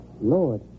Lord